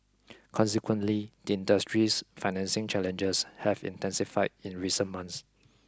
consequently the industry's financing challenges have intensified in recent months